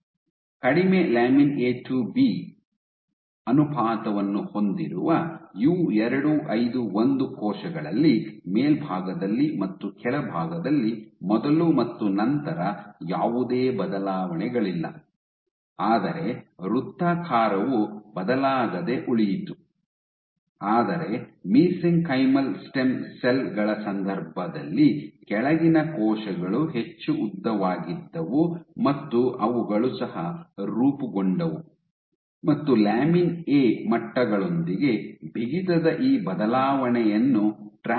ಕಡಿಮೆ lamin A to B ಅನುಪಾತವನ್ನು ಹೊಂದಿರುವ ಯು 251 ಕೋಶಗಳಲ್ಲಿ ಮೇಲ್ಭಾಗದಲ್ಲಿ ಮತ್ತು ಕೆಳಭಾಗದಲ್ಲಿ ಮೊದಲು ಮತ್ತು ನಂತರ ಯಾವುದೇ ಬದಲಾವಣೆಗಳಿಲ್ಲ ಆದರೆ ವೃತ್ತಾಕಾರವು ಬದಲಾಗದೆ ಉಳಿಯಿತು ಆದರೆ ಮಿಸೆಂಕೈಮಲ್ ಸ್ಟೆಮ್ ಸೆಲ್ ಗಳ ಸಂದರ್ಭದಲ್ಲಿ ಕೆಳಗಿನ ಕೋಶಗಳು ಹೆಚ್ಚು ಉದ್ದವಾಗಿದ್ದವು ಮತ್ತು ಅವುಗಳು ಸಹ ರೂಪುಗೊಂಡವು ಮತ್ತು ಲ್ಯಾಮಿನ್ ಎ ಮಟ್ಟಗಳೊಂದಿಗೆ ಬಿಗಿತದ ಈ ಬದಲಾವಣೆಯನ್ನು ಟ್ರ್ಯಾಕ್ ಮಾಡಬಹುದು